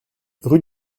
rue